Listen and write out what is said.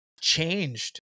changed